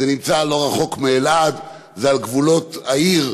זה לא רחוק מאלעד, וזה על גבולות העיר.